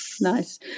nice